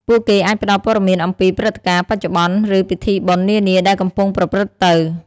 ពួកគេអាចផ្តល់ព័ត៌មានអំពី ព្រឹត្តិការណ៍បច្ចុប្បន្ន ឬពិធីបុណ្យនានាដែលកំពុងប្រព្រឹត្តទៅ។